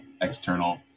external